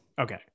Okay